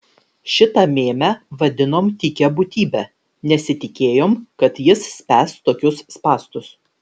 šitą mėmę vadinom tykia būtybe nesitikėjom kad jis spęs tokius spąstus